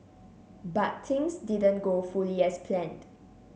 but things didn't go fully as planned